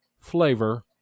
flavor